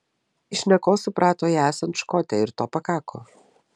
iš šnekos suprato ją esant škotę ir to pakako